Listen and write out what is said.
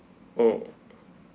oh